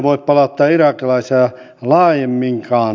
nyt toimeen ja tekoihin